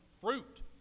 fruit